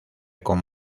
con